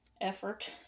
effort